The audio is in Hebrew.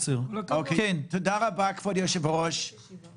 -- לפי החישוב שלי 77,500 אזרחים לכל חבר כנסת.